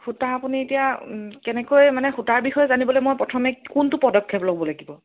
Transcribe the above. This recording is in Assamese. সূতা আপুনি এতিয়া কেনেকৈ মানে সূতাৰ বিষয়ে জানিবলৈ মই প্ৰথমে কোনটো পদক্ষেপ ল'ব লাগিব